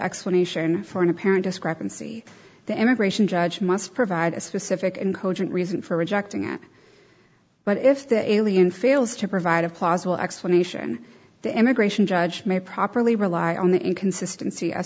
explanation for an apparent discrepancy the immigration judge must provide a specific and cogent reason for rejecting it but if the alien fails to provide a plausible explanation the immigration judge may properly rely on the inconsistency